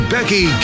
Becky